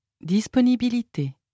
Disponibilité